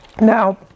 Now